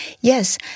Yes